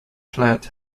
plant